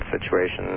situation